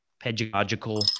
pedagogical